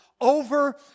over